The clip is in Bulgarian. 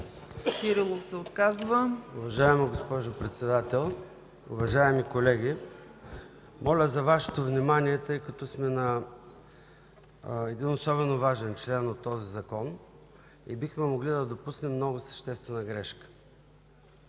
ЦОНЕВ (ДПС): Уважаема госпожо Председател, уважаеми колеги! Моля за Вашето внимание, тъй като сме на един особено важен член от този закон и бихме могли да допуснем много съществена грешка.